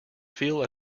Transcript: feel